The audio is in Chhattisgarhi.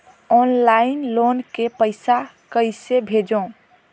ऑनलाइन लोन के पईसा कइसे भेजों?